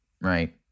right